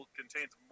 contains